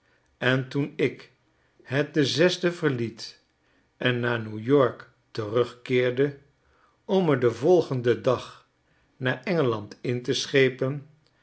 en toen ik het den zesden verliet en naar n e w-y o r k terugkeerde om me den volgenden dag naar engeland in te schepen